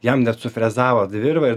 jam net sufrezavo virvę ir